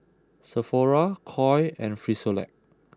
Sephora Koi and Frisolac